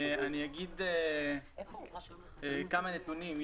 אני אגיד כמה נתונים.